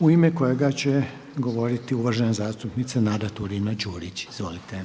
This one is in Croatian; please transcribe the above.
u ime kojega će govoriti uvažena zastupnica Nada Turina-Đurić. Izvolite.